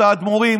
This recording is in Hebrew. את האדמו"רים,